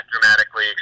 dramatically